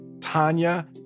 Tanya